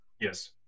Yes